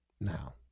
Now